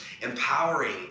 empowering